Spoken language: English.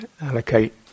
allocate